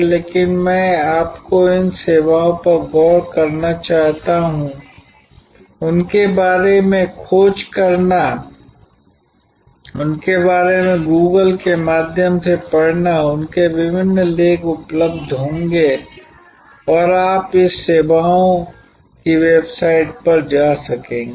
लेकिन मैं आपको इन सेवाओं पर गौर करना चाहता हूं उनके बारे में खोज करना उनके बारे में Google के माध्यम से पढ़ना उनके विभिन्न लेख उपलब्ध होंगे और आप इस सेवाओं की वेबसाइट पर जा सकेंगे